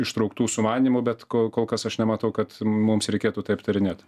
ištrauktų sumanymų bet ko kol kas aš nematau kad mums reikėtų tai aptarinėt